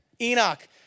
Enoch